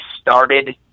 started